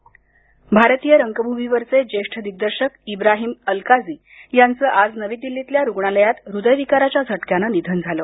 निधन भारतीय रंगभूमीवरचे ज्येष्ठ दिग्दर्शक इब्राहीम अलकाजी यांचं आज नवी दिल्लीतल्या रुग्णालयात हृदयविकाराच्या झटक्यानं निधन झालं